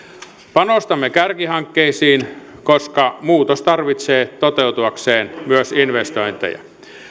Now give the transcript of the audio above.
panostamme kärkihankkeisiin koska muutos tarvitsee toteutuakseen myös investointeja